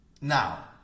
Now